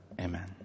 amen